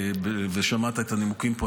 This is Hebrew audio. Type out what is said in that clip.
ושמעת את הנימוקים פה,